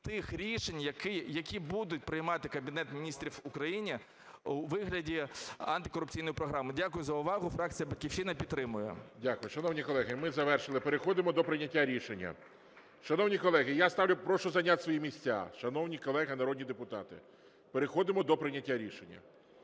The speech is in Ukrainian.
тих рішень, які буде приймати Кабінет Міністрів України у вигляді антикорупційної програми. Дякую за увагу. Фракція "Батьківщина" підтримує. ГОЛОВУЮЧИЙ. Дякую. Шановні колеги, ми завершили. Переходимо до прийняття рішення. Шановні колеги, прошу зайняти свої місця. Шановні колеги народні депутати, переходимо до прийняття рішення.